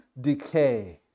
decay